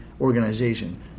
organization